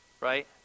right